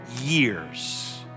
years